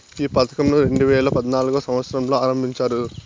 ఈ పథకంను రెండేవేల పద్నాలుగవ సంవచ్చరంలో ఆరంభించారు